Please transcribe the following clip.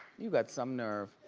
you got some nerve.